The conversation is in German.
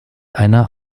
einer